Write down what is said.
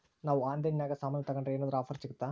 ನಾವು ಆನ್ಲೈನಿನಾಗ ಸಾಮಾನು ತಗಂಡ್ರ ಏನಾದ್ರೂ ಆಫರ್ ಸಿಗುತ್ತಾ?